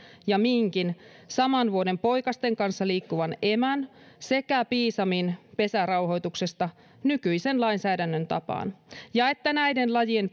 ja minkin saman vuoden poikasten kanssa liikkuvan emän rauhoituksesta sekä piisamin pesärauhoituksesta nykyisen lainsäädännön tapaan ja että näiden lajien